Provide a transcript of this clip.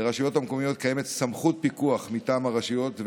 לרשויות המקומיות קיימת סמכות פיקוח מטעם הרשויות,